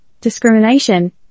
discrimination